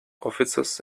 offices